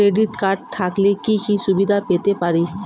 Credit card থাকলে কি কি সুবিধা পেতে পারি?